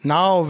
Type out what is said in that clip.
Now